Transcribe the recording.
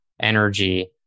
energy